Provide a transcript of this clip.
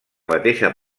mateixa